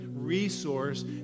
resource